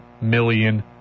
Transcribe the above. million